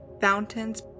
fountains